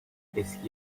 eski